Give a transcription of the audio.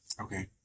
Okay